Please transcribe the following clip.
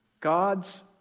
God's